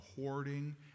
hoarding